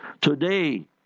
Today